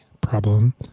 problem